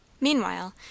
Meanwhile